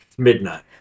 Midnight